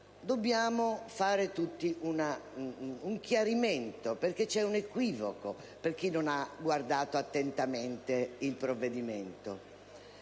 dobbiamo tutti chiarirci, perché c'è un equivoco per chi non ha analizzato attentamente il provvedimento.